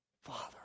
Father